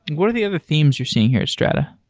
and what are the other themes you're seeing here at strata?